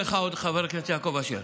חבר הכנסת יעקב אשר,